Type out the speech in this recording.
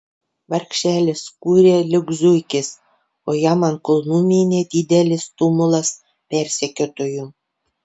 vargšelis kūrė lyg zuikis o jam ant kulnų mynė didelis tumulas persekiotojų